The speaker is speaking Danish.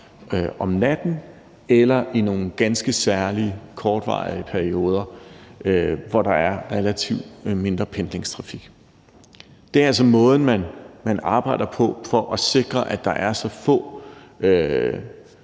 om natten eller i nogle ganske særlige, kortvarige perioder, hvor der er relativt mindre pendlingstrafik. Det er altså måden, man arbejder på, for at sikre, at der er så få